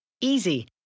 Easy